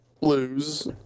lose